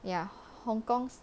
ya hong-kong